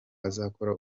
azakora